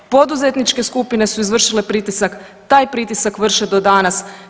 Poduzetničke skupine su izvršile pritisak, taj pritisak vrše do danas.